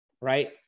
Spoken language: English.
right